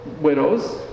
widows